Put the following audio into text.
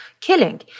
killing